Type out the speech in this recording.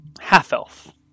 Half-elf